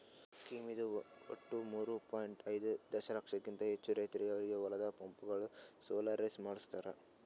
scheme ಇಂದ ಒಟ್ಟು ಮೂರೂ ಪಾಯಿಂಟ್ ಐದೂ ದಶಲಕ್ಷಕಿಂತ ಹೆಚ್ಚು ರೈತರಿಗೆ ಅವರ ಹೊಲದ ಪಂಪ್ಗಳು ಸೋಲಾರೈಸ್ ಮಾಡಿಸ್ಯಾರ್